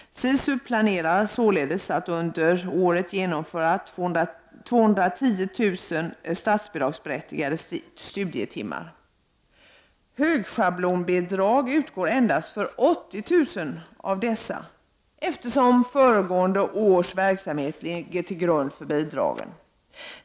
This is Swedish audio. SISU planerar således att under året genomföra 210 000 statsbidragsberättigade studietimmar. Högschablonbidrag utgår endast för 80 000 av dessa, eftersom föregående års verksamhet ligger till grund för bidragen.